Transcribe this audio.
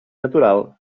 natural